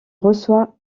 reçoit